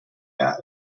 bad